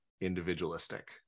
individualistic